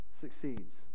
succeeds